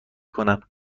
کنن